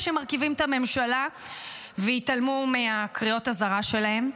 שמרכיבים את הממשלה והתעלמו מקריאות האזהרה שלהם.